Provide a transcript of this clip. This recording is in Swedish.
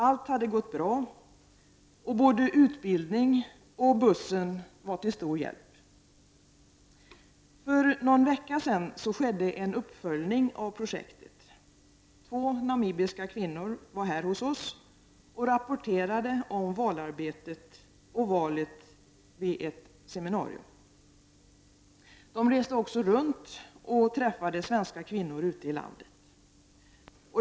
Allt hade gått bra, och både utbildningen och bussen var till stor hjälp. För någon vecka sedan skedde en uppföljning av projektet. Två namibiska kvinnor var här hos oss och rapporterade om valarbetet och valet vid ett seminarium. De reste också runt och träffade svenska kvinnor ute i landet.